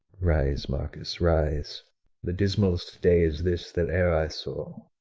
rise, marcus, rise the dismal'st day is this that e'er i saw,